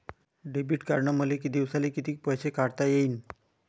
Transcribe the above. Debit कार्डनं मले दिवसाले कितीक पैसे काढता येईन?